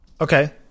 Okay